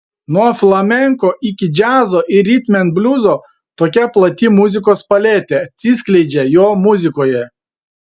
nuo flamenko iki džiazo ir ritmenbliuzo tokia plati muzikos paletė atsiskleidžia jo muzikoje